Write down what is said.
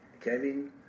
Kevin